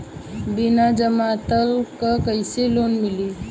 बिना जमानत क कइसे लोन मिली?